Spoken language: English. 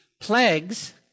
plagues